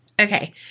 Okay